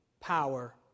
power